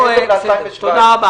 תודה.